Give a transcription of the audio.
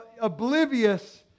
oblivious